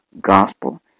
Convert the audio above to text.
gospel